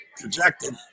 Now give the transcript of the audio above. projected